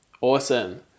Awesome